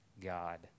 God